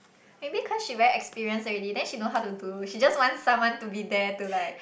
maybe cause she very experienced already then she know how to do she just want someone to be there to like